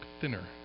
thinner